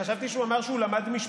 שר לא רוצה לעלות,